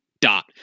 dot